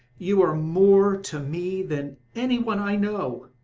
you are more to me than any one i know!